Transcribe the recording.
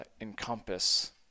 encompass